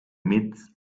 midst